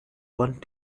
want